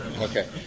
Okay